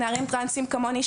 נערים טרנסים כמוני,